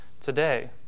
today